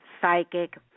Psychic